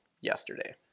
yesterday